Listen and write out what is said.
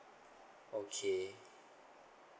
okay